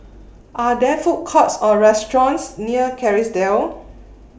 Are There Food Courts Or restaurants near Kerrisdale